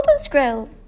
scroll